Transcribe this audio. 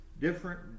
different